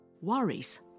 worries